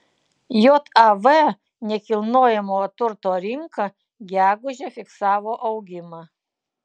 jav nekilnojamojo turto rinka gegužę fiksavo augimą